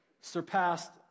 surpassed